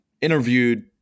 interviewed